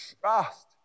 trust